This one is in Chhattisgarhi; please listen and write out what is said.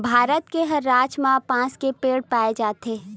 भारत के हर राज म बांस के पेड़ पाए जाथे